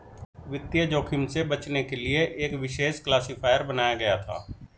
वित्तीय जोखिम से बचने के लिए एक विशेष क्लासिफ़ायर बनाया गया था